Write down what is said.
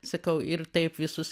sakau ir taip visus